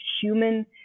human